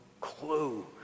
clue